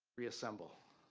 reassemble.